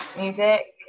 music